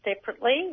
separately